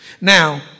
Now